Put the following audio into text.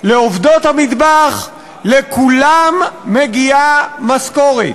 לעובדות המטבח, לכולם מגיעה משכורת.